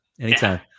Anytime